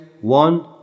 one